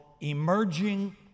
emerging